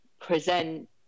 present